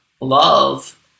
love